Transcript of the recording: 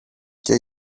και